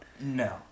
No